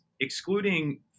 excluding